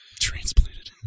Transplanted